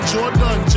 Jordan